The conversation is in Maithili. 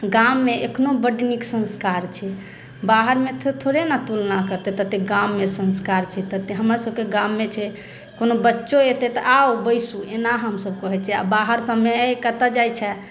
गाम मे एखनो बड नीक सन्स्कार छै बाहर मे तऽ थोड़े ने तुलना करतै तते गाम मे सन्स्कार छै तते हमर सभके गाम मे छै कोनो बच्चो एतै तऽ आउ बैसू एना हमसभ कहै छियै आओर बाहर सभमे ऐ कतऽ जाइ छैं